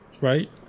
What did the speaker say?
right